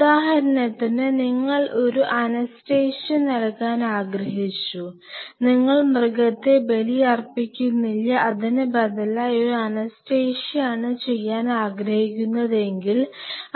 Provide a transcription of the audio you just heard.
ഉദാഹരണത്തിന് നിങ്ങൾ അനസ്തേഷ്യ നൽകാൻ ആഗ്രഹിച്ചു നിങ്ങൾ മൃഗത്തെ ബലിയർപ്പിക്കുന്നില്ല അതിന് ബദലായി ഒരു അനസ്തേഷ്യയാണ് ചെയ്യാൻ ആഗ്രഹിക്കുന്നതെങ്കിൽ